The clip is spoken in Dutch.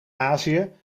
azië